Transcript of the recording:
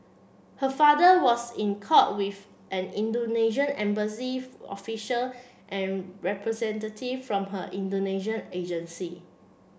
her father was in court with an Indonesian embassy official and representative from her Indonesian agency